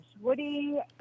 Woody